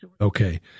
Okay